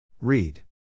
Read